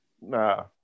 nah